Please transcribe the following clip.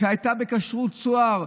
שהייתה בכשרות צהר,